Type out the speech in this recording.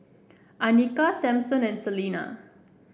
Anika Sampson and Celina